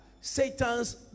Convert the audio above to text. Satan's